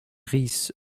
rice